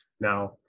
Now